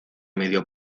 medio